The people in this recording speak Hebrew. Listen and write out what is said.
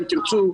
אם תרצו,